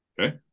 okay